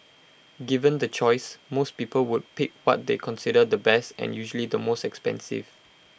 given the choice most people would pick what they consider the best and usually the most expensive